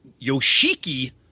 Yoshiki